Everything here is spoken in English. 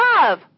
Love